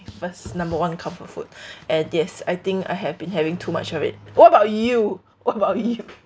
first number one comfort food and yes I think I have been having too much of it what about you what about you